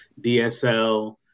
DSL